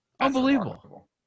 Unbelievable